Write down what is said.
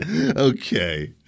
Okay